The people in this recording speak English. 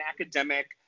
academic